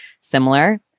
similar